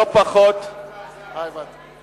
לא פחות, זה המצב.